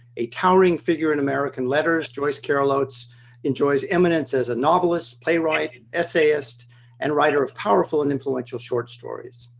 a towering figure in american letters. joyce carol oates enjoys eminence as a novelist, playwright, essayist and writer of powerful and influential short stories.